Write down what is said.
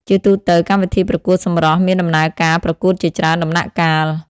ជាទូទៅ កម្មវិធីប្រកួតសម្រស់មានដំណើរការប្រកួតជាច្រើនដំណាក់កាល។